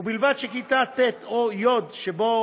ובלבד שכיתה ט' או י' שבו